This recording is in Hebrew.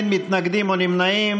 באנטישמיות,